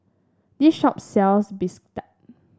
this shop sells bistake